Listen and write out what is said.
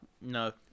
No